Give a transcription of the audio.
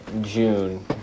June